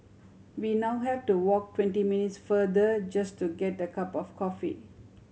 we now have to walk twenty minutes farther just to get a cup of coffee